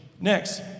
Next